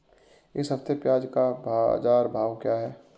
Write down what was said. इस हफ्ते प्याज़ का बाज़ार भाव क्या है?